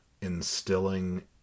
instilling